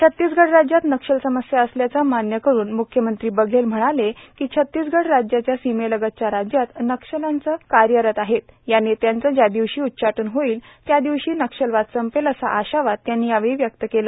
छत्तीसगढ राज्यात नक्षल समस्या असल्याचं मान्य करून मुख्यमंत्री बघेल म्हणाले की छत्तीसगढ राज्याच्या सीमेलगतच्या राज्यात नक्षलचे नेते कार्यरत असून या नेत्यांचं ज्या दिवशी उच्चाटन होईल त्या दिवशी नक्षलवाद संपेल असा आशावाद त्यांनी यावेळी व्यक्त केला